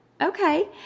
okay